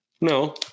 No